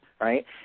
right